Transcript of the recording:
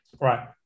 Right